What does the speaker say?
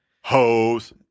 Hoes